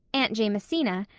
aunt jamesina,